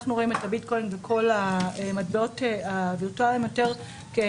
אנחנו רואים את הביטקוין ואת כל המטבעות הווירטואליים יותר כנכס,